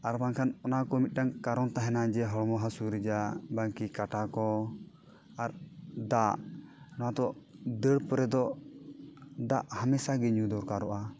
ᱟᱨᱵᱟᱝᱠᱷᱟᱱ ᱚᱱᱟ ᱠᱚ ᱢᱤᱫᱴᱟᱝ ᱠᱟᱨᱚᱱ ᱛᱟᱦᱮᱱᱟ ᱡᱮ ᱦᱚᱲᱢᱚ ᱦᱟᱹᱥᱩ ᱨᱮᱡᱟᱜ ᱵᱟᱝᱠᱤ ᱠᱟᱴᱟ ᱠᱚ ᱟᱨ ᱫᱟᱜ ᱱᱚᱣᱟ ᱫᱚ ᱫᱟᱹᱲ ᱯᱚᱨᱮ ᱫᱚ ᱫᱟᱜ ᱦᱟᱢᱮᱥᱟ ᱜᱮ ᱧᱩ ᱫᱚᱨᱠᱟᱨᱚᱜᱼᱟ